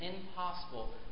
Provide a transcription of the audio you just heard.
impossible